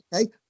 okay